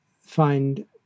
find